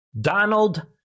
Donald